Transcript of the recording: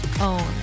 own